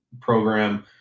program